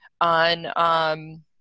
on